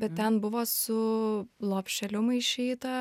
bet ten buvo su lopšeliu maišyta